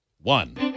one